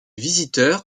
visiteurs